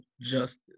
justice